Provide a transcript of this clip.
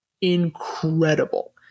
incredible